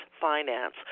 finance